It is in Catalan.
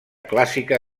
clàssica